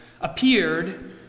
appeared